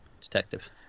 Detective